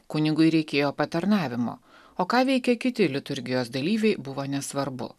kunigui reikėjo patarnavimo o ką veikė kiti liturgijos dalyviai buvo nesvarbu